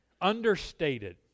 understated